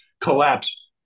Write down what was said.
collapse